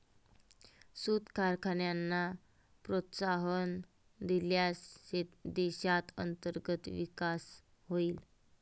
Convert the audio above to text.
सूत कारखान्यांना प्रोत्साहन दिल्यास देशात अंतर्गत विकास होईल